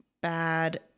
bad